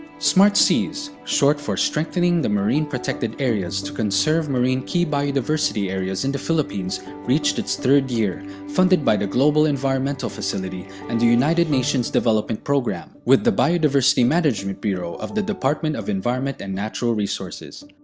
smartseas, short for strengthening the marine protected areas to conserve marine key biodiversity areas in the philippines reached its third year, funded by the global environmental facility and the united nations development programme, with the biodiversity management bureau of the department of environment and natural resources.